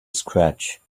scratch